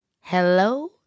Hello